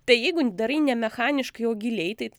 tai jeigu darai ne mechaniškai o giliai tai